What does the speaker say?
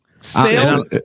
Sale